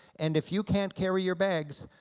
and if you can't carry your bags,